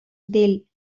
del